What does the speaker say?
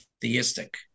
theistic